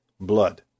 Blood